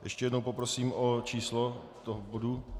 Ještě jednou poprosím o číslo toho bodu.